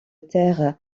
terres